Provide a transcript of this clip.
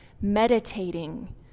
meditating